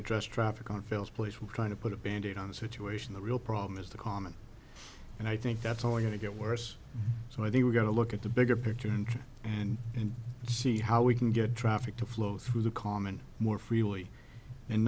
address traffic on phil's place we're trying to put a band aid on the situation the real problem is the common and i think that's going to get worse so i think we're going to look at the bigger picture and try and see how we can get traffic to flow through the common more freely and